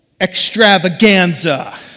extravaganza